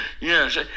Yes